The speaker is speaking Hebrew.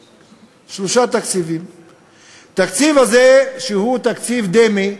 התקציב הזה, שהוא תקציב דמה,